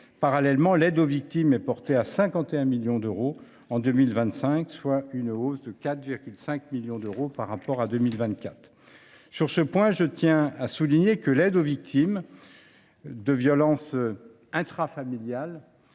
Parallèlement, l’aide aux victimes est portée à 51 millions d’euros en 2025, soit une hausse de 4,5 millions d’euros par rapport à 2024. Sur ce point, je souligne que l’aide aux victimes de violences intrafamiliales